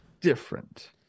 different